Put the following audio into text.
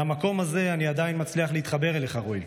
מהמקום הזה אני עדיין מצליח להתחבר אליך, רועי.